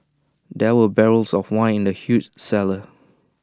there were barrels of wine in the huge cellar